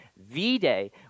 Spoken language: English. V-Day